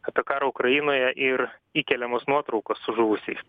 apie karą ukrainoje ir įkeliamos nuotraukos su žuvusiais